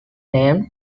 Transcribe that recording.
named